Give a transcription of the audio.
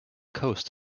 coast